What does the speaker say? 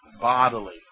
bodily